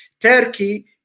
Turkey